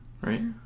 right